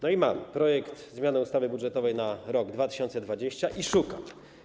No i mamy projekt zmiany ustawy budżetowej na rok 2020, i szukam.